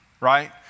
Right